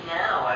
now